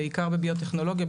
בעיקר בביו-טכנולוגיה,